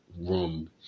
room